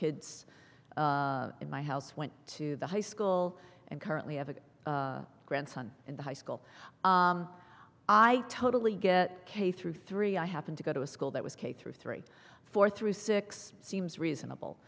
kids in my house went to the high school and currently have a grandson in the high school i totally get k through three i happened to go to a school that was k through three four through six seems reasonable